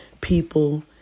people